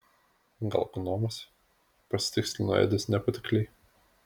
gal gnomas pasitikslino edis nepatikliai